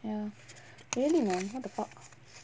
ya really man what the fuck